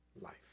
life